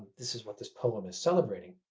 this is what this poem is celebrating.